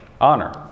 Honor